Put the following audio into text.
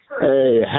Hey